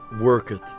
worketh